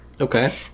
Okay